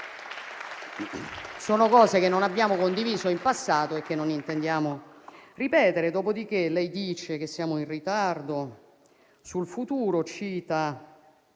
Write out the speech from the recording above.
Sono cose che non abbiamo condiviso in passato e che non intendiamo ripetere. Dopodiché, lei, senatore, dice che siamo in ritardo sul futuro e cita